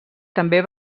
també